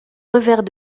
revers